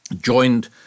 joined